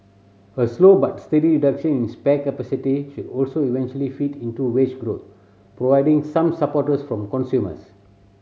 a slow but steady reduction in spare capacity should also eventually feed into wage growth providing some supporters from consumers